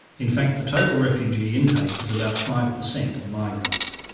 in fact the total refugee intake is about five percent of migrants.